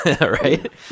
right